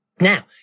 Now